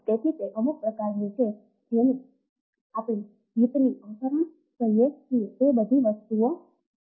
તેથી તે અમુક પ્રકારની છે જેને આપણે જીતની અવતરણ કહીએ છીએ તે બધી વસ્તુઓ છે